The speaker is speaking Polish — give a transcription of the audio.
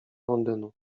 londynu